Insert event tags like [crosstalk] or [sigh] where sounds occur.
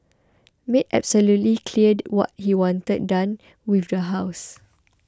made absolutely clear [noise] what he wanted done with the house